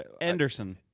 Anderson